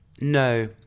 No